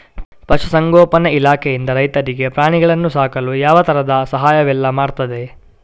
ಪಶುಸಂಗೋಪನೆ ಇಲಾಖೆಯಿಂದ ರೈತರಿಗೆ ಪ್ರಾಣಿಗಳನ್ನು ಸಾಕಲು ಯಾವ ತರದ ಸಹಾಯವೆಲ್ಲ ಮಾಡ್ತದೆ?